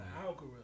algorithm